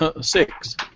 Six